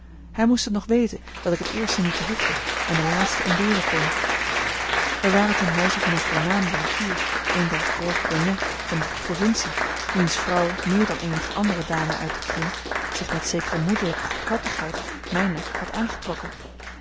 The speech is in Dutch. hij moest het nog weten dat ik het eerste niet behoefde en de laatste ontberen kon wij waren ten huize van een voornaam bankier een der gros bonnets van de provincie wiens vrouw meer dan eenige andere dame uit den kring zich met zekere moederlijke goedhartigheid mijner had aangetrokken